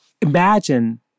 Imagine